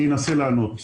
אני אנסה לענות.